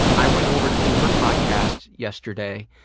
i went over to do her podcast yesterday.